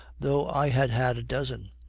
though i had had a dozen.